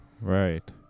Right